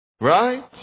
Right